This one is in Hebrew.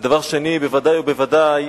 והדבר השני, בוודאי ובוודאי